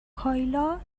کایلا